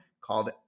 called